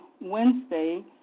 wednesday